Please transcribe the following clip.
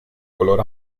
color